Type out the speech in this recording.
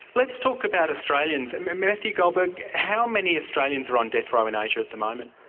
let's talk about australians. and matthew goldberg, how many australians are on death row in asia at the moment?